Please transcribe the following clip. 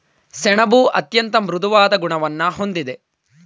ಸೆಣಬು ಅತ್ಯಂತ ಮೃದುವಾದ ಗುಣವನ್ನು ಹೊಂದಿದೆ